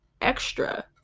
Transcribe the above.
extra